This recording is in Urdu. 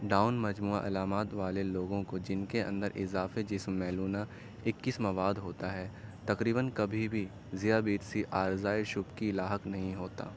ڈاؤن مجموعہ علامات والے لوگوں کو جن کے اندر اضافی جسم ملونہ اکیس مواد ہوتا ہے تقریباً کبھی بھی ذیابیطسی عارضۂ شبکی لاحق نہیں ہوتا